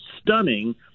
stunning